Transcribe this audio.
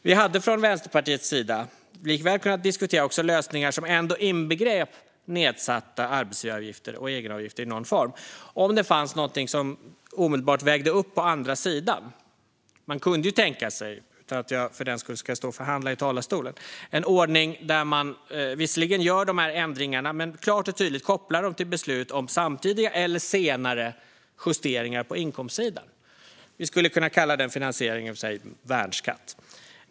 Vi hade från Vänsterpartiets sida likväl kunnat diskutera lösningar som ändå inbegrep nedsatta arbetsgivaravgifter och egenavgifter i någon form - om det funnits något som omedelbart vägde upp på andra sidan. Man kunde ju tänka sig - utan att jag för den skull ska stå och förhandla i talarstolen - en ordning där dessa ändringar visserligen görs men klart och tydligt kopplas till beslut om samtidiga eller senare justeringar på inkomstsidan. Vi skulle kunna kalla den finansieringen för, säg, värnskatt.